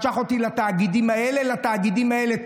אל תשלח אותי לתאגידים האלה או לתאגידים האלה.